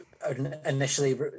initially